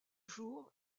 jour